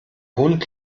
hund